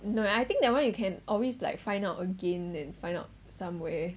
no I think that one you can always like find out again and find out somewhere